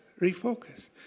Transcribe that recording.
refocus